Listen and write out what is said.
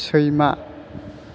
सैमा